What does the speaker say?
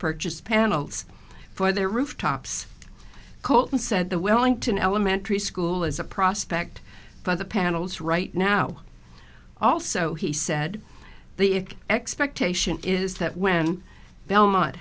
perch panels for their rooftops colton said the wellington elementary school is a prospect by the panels right now also he said the expectation is that when belmont